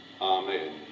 Amen